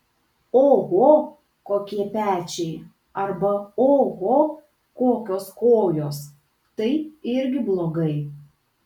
oho kokie pečiai arba oho kokios kojos tai irgi blogai